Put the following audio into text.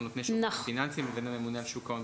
נותני שירותים פיננסיים לבין הממונה על שוק ההון,